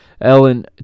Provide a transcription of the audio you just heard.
Ellen